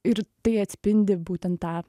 ir tai atspindi būtent tą